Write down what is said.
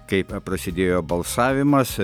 kaip prasidėjo balsavimas